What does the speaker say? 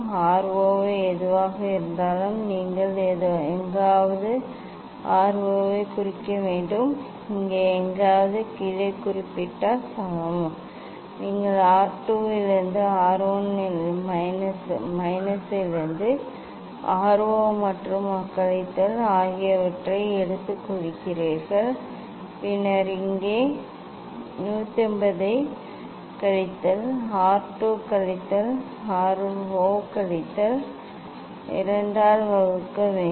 R 0 எதுவாக இருந்தாலும் நீங்கள் எங்காவது R 0 ஐக் குறிக்க வேண்டும் இங்கே எங்காவது கீழே குறிப்பிட சமம் நீங்கள் R 2 இலிருந்து R 1 மைனஸிலிருந்து R 0 மற்றும் கழித்தல் ஆகியவற்றை எடுத்துக்கொள்கிறீர்கள் பின்னர் இங்கே 180 கழித்தல் R 2 கழித்தல் R 0 ஐ 2 ஆல் வகுக்க வேண்டும்